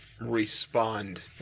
respond